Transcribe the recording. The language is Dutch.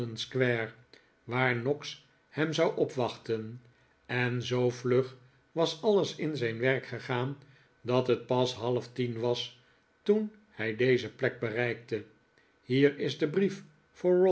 waar noggs hem zou opwachten en zoo vlug was alles in zijn werk gegaan dat het pas half tien was toen hij deze plek bereikte hier is de brief